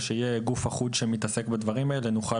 כאשר יהיה גוף אחוד שמתעסק בדברים הללו נוכל